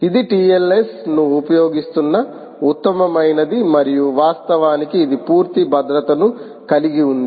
ఇది టిఎల్ఎస్ను ఉపయోగిస్తున్న ఉత్తమమైనది మరియు వాస్తవానికి ఇది పూర్తి భద్రతను కలిగి ఉంది